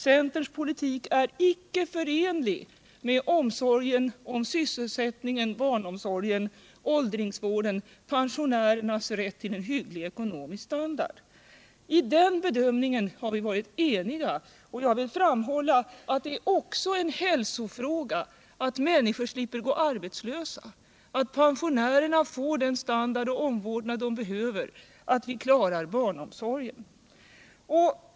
Centerns politik är icke förenlig med omsorgen om sysselsättningen, barnomsorgen, åldringsvården och pensionärernas rätt till en hygglig ekonomisk standard. I den bedömningen har vi varit eniga, och jag vill framhålla att det också är en hälsofråga att människorna slipper gå arbetslösa, att pensionärerna får den standard och omvårdnad de behöver och att vi klarar barnomsorgen.